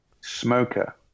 smoker